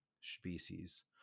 species